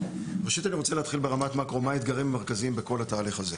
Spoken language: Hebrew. אני רוצה להתחיל ברמת המאקרו - מה האתגרים המרכזיים בכל התהליך הזה.